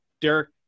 derek